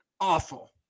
awful